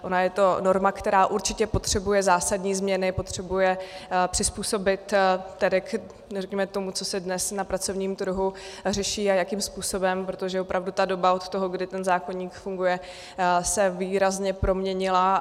Ona je to norma, která určitě potřebuje zásadní změny, potřebuje přizpůsobit, řekněme, tomu, co se dnes na pracovním trhu řeší a jakým způsobem, protože opravdu ta doba od toho, kdy zákoník funguje, se výrazně proměnila.